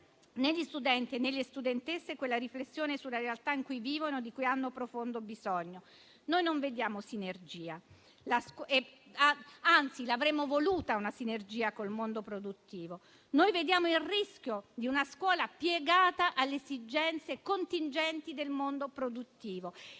negli studenti e nelle studentesse quella riflessione sulla realtà in cui vivono e di cui hanno profondo bisogno. Noi non vediamo sinergia; anzi, avremmo voluto una sinergia col mondo produttivo. Noi vediamo il rischio di una scuola piegata alle esigenze contingenti del mondo produttivo